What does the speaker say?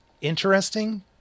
interesting